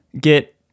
get